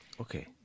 Okay